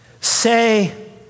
Say